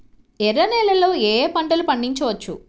ఎర్ర నేలలలో ఏయే పంటలు పండించవచ్చు?